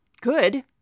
good